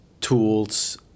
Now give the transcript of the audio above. tools